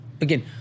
again